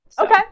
Okay